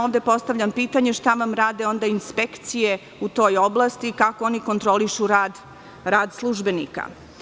Postavljam pitanje – šta nam rade inspekcije u toj oblasti, kako oni kontrolišu rad službenika?